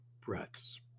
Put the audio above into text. breaths